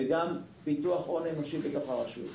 וגם פיתוח הון אנושי בתוך הרשויות.